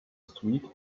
street